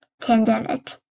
pandemic